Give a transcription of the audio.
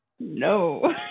No